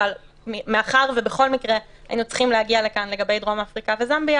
אבל מאחר שבכל מקרה היינו צריכים להגיע לכאן לגבי דרום אפריקה וזמביה